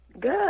good